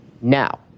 Now